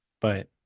but-